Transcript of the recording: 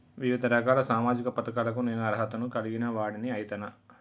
వివిధ రకాల సామాజిక పథకాలకు నేను అర్హత ను కలిగిన వాడిని అయితనా?